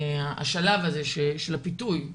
השלב הזה של הפיתוי,